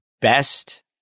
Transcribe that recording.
best